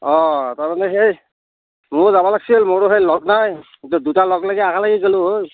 অ তাৰমানে সেই মোৰো যাব লাগছিল মোৰো সেই লগ নাই দুইটা লগলাগি একেলগে গলোঁ হয়